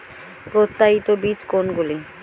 প্রত্যায়িত বীজ কোনগুলি?